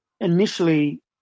initially